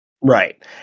Right